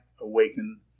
awaken